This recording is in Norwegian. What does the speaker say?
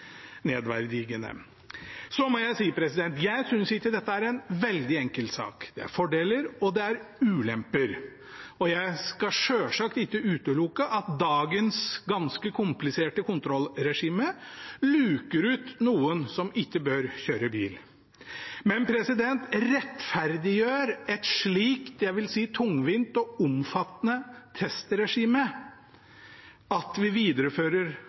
nedverdigende. Jeg må si at jeg synes ikke dette er en veldig enkel sak. Det er fordeler, og det er ulemper. Jeg skal selvsagt ikke utelukke at dagens ganske kompliserte kontrollregime luker ut noen som ikke bør kjøre bil, men rettferdiggjør et slikt – jeg vil si – tungvint og omfattende testregime at vi viderefører